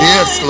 Yes